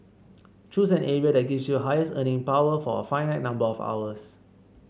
choose an area that gives you the highest earning power for a finite number of hours